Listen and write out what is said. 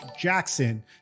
Jackson